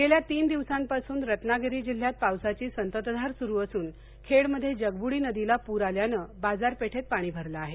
पाऊस गेल्या तीन दिवसांपासून रवागिरी जिल्ह्यात पावसाची संततधार सुरू असून खेडमध्ये जगबुडी नदीला पूर आल्यानं बाजारपेठेत पाणी भरलं आहे